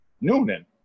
Noonan